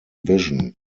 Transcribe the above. vision